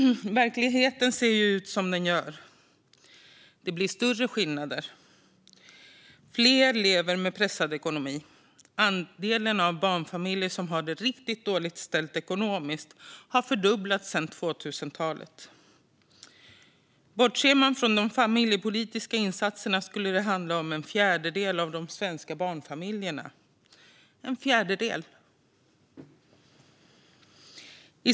Verkligheten ser ut som den gör. Det blir större skillnader. Fler lever med pressad ekonomi. Andelen barnfamiljer som har det riktigt dåligt ställt ekonomiskt har fördubblats sedan 00-talet. Bortser man från de familjepolitiska insatserna skulle det handla om en fjärdedel av de svenska barnfamiljerna - en fjärdedel!